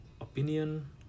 opinion